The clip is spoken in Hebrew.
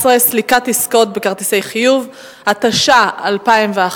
17) (סליקת עסקאות בכרטיסי חיוב), התשע"א 2011,